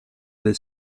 del